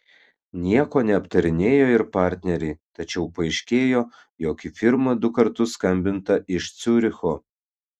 nieko neaptarinėjo ir partneriai tačiau paaiškėjo jog į firmą du kartus skambinta iš ciuricho